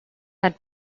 had